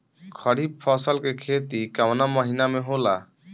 खरीफ फसल के खेती कवना महीना में होला?